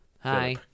Hi